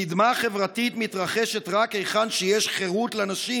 קדמה חברתית מתרחשת רק היכן שיש חירות לנשים,